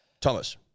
Thomas